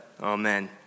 Amen